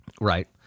Right